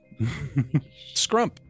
Scrump